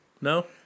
No